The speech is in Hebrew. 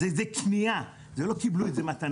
זה קנייה, לא קיבלו את זה מתנה.